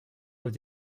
aux